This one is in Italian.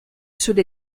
sulle